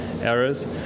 errors